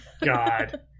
God